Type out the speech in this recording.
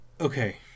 okay